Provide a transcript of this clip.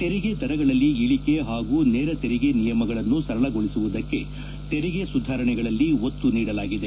ತೆರಿಗೆ ದರಗಳಲ್ಲಿ ಇಳಿಕೆ ಹಾಗೂ ನೇರ ತೆರಿಗೆ ನಿಯಮಗಳನ್ನು ಸರಳಗೊಳಿಸುವುದಕ್ಕೆ ತೆರಿಗೆ ಸುಧಾರಣೆಗಳಲ್ಲಿ ಒತ್ತು ನೀಡಲಾಗಿದೆ